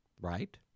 Right